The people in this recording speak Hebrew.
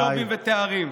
ג'ובים ותארים.